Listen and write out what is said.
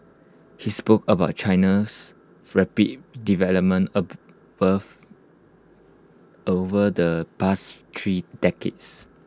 he spoke about China's rapid development over the past three decades